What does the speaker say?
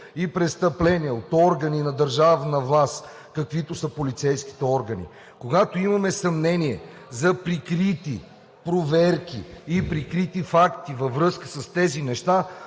и престъпления от органи на държавна власт, каквито са полицейските органи, когато имаме съмнение за прикрити проверки и прикрити факти във връзка с тези неща,